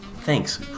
Thanks